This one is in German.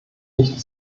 nicht